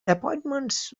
appointments